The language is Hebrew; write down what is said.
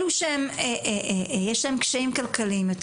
אלו שיש להם קשיים כלכליים יותר,